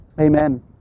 Amen